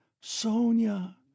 Sonia